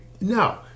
No